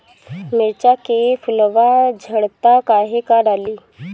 मिरचा के फुलवा झड़ता काहे का डाली?